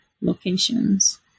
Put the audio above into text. locations